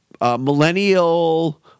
millennial